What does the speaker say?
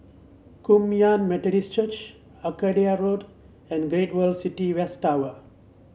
Kum Yan Methodist Church Arcadia Road and Great World City West Tower